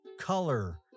color